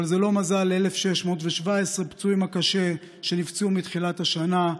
אבל זה לא מזל ל-1,617 פצועים קשה שנפצעו מתחילת השנה.